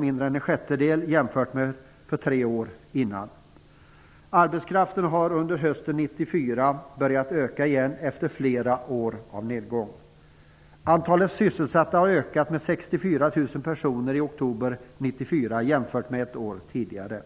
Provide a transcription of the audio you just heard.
mindre än en sjättedel jämfört med tre år tidigare. - Arbetskraften har under hösten 1994 börjat öka igen efter flera år av nedgång. - Antalet sysselsatta har ökat med 64 000 personer i oktober 1994 jämfört med ett år tidigare.